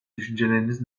düşünceleriniz